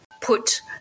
put